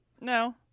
No